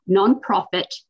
nonprofit